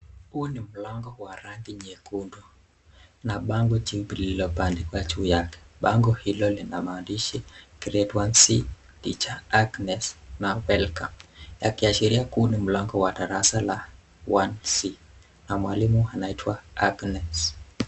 Huu ni mlango wa rangi nyekundu na bango jeupe lililopandikwa juu yake. Bango hilo lina maandishi Grade 1 C Teacher Agnes na welcome . Yakiashiria huu ni mlango wa darasa la 1 C na mwalimu anaitwa Agnes.